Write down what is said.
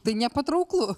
tai nepatrauklu